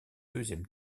deuxième